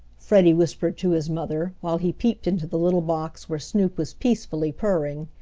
freddie whispered to his mother, while he peeped into the little box where snoop was peacefully purring.